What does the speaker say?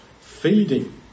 Feeding